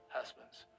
husbands